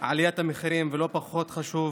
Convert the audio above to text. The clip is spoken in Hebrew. עליית המחירים, ולא פחות חשוב,